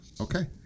Okay